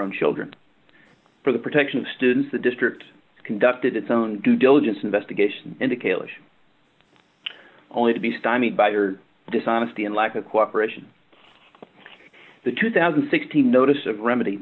own children for the protection of students the district conducted its own due diligence investigation into kailash only to be stymied by her dishonesty and lack of cooperation the two thousand and sixteen notice of remedy